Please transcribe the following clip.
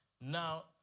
Now